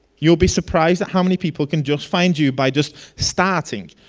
you'll be surprised how many people can just find you by just starting.